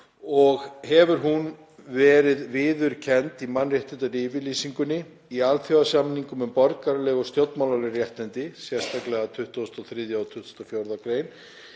og hefur hún verið viðurkennd í mannréttindayfirlýsingunni, í alþjóðasamningnum um borgaraleg og stjórnmálaleg réttindi (sérstaklega 23. og 24. gr.),